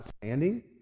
standing